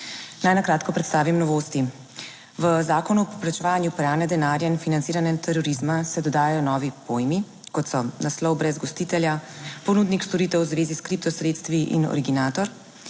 Naj na kratko predstavim novosti. V Zakonu o preprečevanju pranja denarja in financiranja terorizma, se dodajajo novi pojmi, kot so naslov brez gostitelja, ponudnik storitev v zvezi s kripto sredstvi in originator.